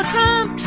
Trump